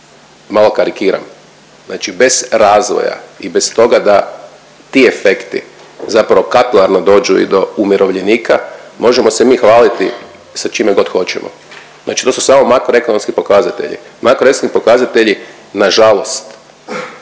Malo karikiram. Znači bez razvoja i bez toga da ti efekti zapravo kapilarno dođu i do umirovljenika, možemo se mi hvaliti sa čime god hoćemo. Znači to su samo makroekonomski pokazatelji, makroekonomski pokazatelji nažalost